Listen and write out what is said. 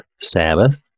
Sabbath